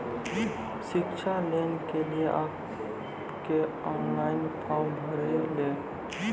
शिक्षा लोन के लिए आप के ऑनलाइन फॉर्म भरी ले?